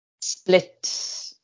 split